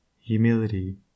humility